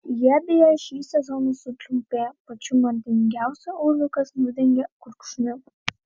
jie beje šį sezoną sutrumpėja pačių madingiausių auliukas nedengia kulkšnių